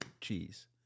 cheese